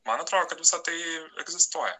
man atrodo kad visa tai egzistuoja